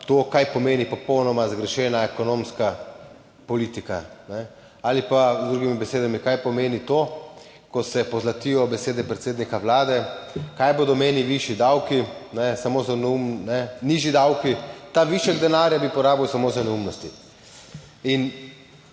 to kaj pomeni popolnoma zgrešena ekonomska politika, ali pa z drugimi besedami, kaj pomeni to, ko se pozlatijo besede predsednika Vlade, kaj bo meni višji davki, samo za neum..., ne, nižji davki, ta višek denarja bi porabil samo za neumnosti. In